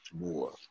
More